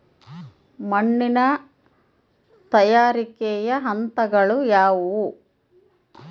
ಮಣ್ಣಿನ ತಯಾರಿಕೆಯ ಹಂತಗಳು ಯಾವುವು?